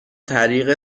طریق